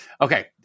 Okay